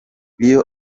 iyo